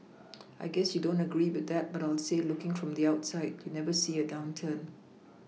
I guess you don't agree with that but I'll say looking from the outside you never see a downturn